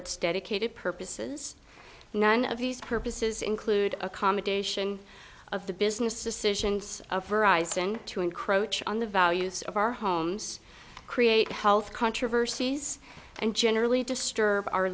its dedicated purposes none of these purposes include accommodation of the business decisions of horizon to encroach on the values of our homes create health controversies and generally disturb our